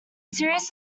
series